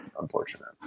unfortunate